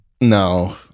No